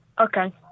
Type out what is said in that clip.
Okay